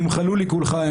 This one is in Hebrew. תמחלו לי כולכם,